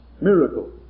miracle